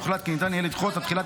הוחלט כי ניתן יהיה לדחות את תחילת